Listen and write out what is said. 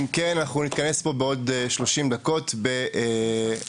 אם כן, אנחנו נתכנס פה בעוד 30 דקות, ב-11:55,